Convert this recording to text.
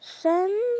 Send